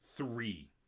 Three